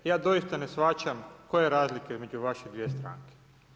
Ja doista ne shvaćam koja je razlika između vaše dvije stranke.